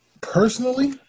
Personally